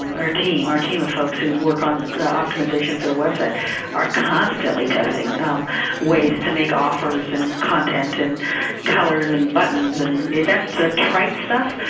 um our team, our team of folks who work on the optimization for the website are constantly testing ways to make offers and content and colors and buttons. and that's the trite stuff,